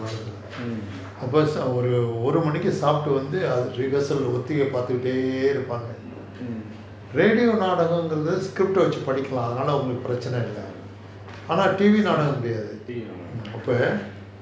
mm mm